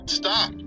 stop